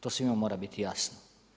To svima mora biti jasno.